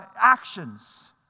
actions